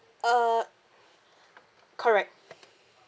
uh correct